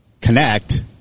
connect